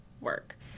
work